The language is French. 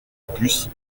puce